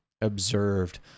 observed